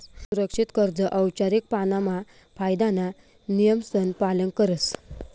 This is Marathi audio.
सुरक्षित कर्ज औपचारीक पाणामा कायदाना नियमसन पालन करस